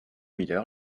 miller